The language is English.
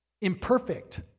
imperfect